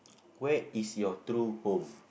where is your true home